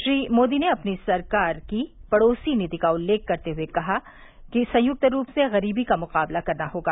श्री मोदी ने अपनी सरकार की सबसे पहले पड़ोसी नीति का उल्लेख करते हुए कहा है कि संयुक्त रूप से गरीबी का मुकाबला करना होगा